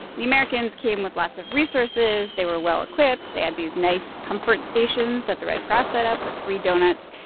the americans came with lots of resources. they were well-equipped. they had these nice comfort stations that the red cross set up with free doughnuts,